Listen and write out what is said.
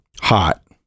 hot